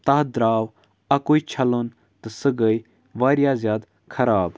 تَتھ درٛاو اَکُے چھَلُن تہٕ سۄ گٔے واریاہ زیادٕ خراب